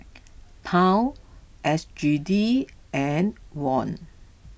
Pound S G D and Won